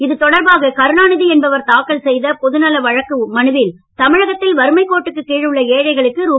இது தொடர்பாக கருணாநிதி என்பவர் தாக்கல் செய்த பொதுநல வழக்கு மனுவில் தமிழகத்தில் வறுமை கோட் டுக்கு கீழ் உள்ள ஏழைகளுக்கு ரூ